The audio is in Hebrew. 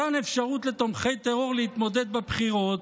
מתן אפשרות לתומכי טרור להתמודד בבחירות,